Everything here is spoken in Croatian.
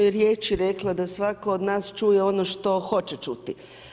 riječi rekla da svatko od nas čuje ono što hoće čuti.